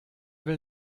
will